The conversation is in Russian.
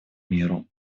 миру